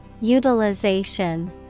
Utilization